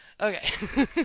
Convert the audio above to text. Okay